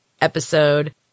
episode